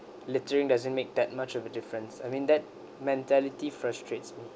littering doesn't make that much of a difference I mean that mentality frustrates me